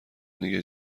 دیگه